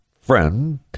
friend